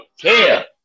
care